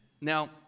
Now